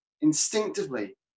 instinctively